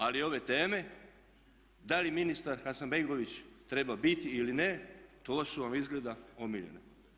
Ali ove teme da li ministar Hasanbegović treba biti ili ne, to su vam izgleda omiljene.